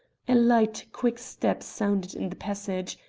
a light quick step sounded in the passage,